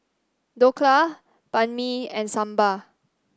Dhokla Banh Mi and Sambar